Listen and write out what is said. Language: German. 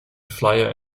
flyer